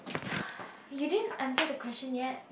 you didn't answer the question yet